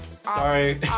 Sorry